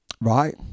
right